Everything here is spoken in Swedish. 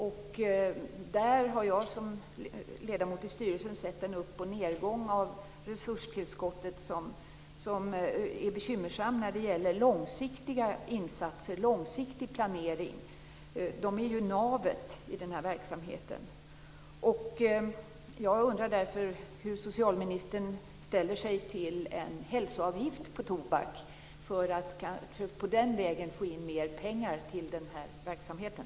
Jag har som ledamot i styrelsen sett en upp och nedgång i resurstillskottet som är bekymmersam när det gäller långsiktig planering av insatserna, som ju är navet i den här verksamheten.